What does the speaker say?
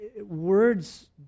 words